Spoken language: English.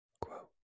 quote